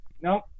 Nope